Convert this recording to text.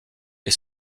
est